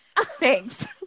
thanks